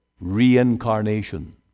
reincarnation